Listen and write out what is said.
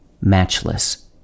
matchless